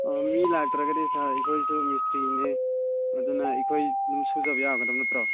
ꯑꯣ ꯃꯤ ꯂꯥꯛꯇ꯭ꯔꯒꯗꯤ ꯁꯥꯔ ꯑꯩꯈꯣꯏꯁꯨ ꯃꯤꯁꯇ꯭ꯔꯤꯅꯦ ꯑꯗꯨꯅ ꯑꯩꯈꯣꯏ ꯑꯗꯨꯝ ꯁꯨꯖꯕ ꯌꯥꯒꯗꯕ ꯅꯠꯇ꯭ꯔꯣ